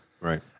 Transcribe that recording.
Right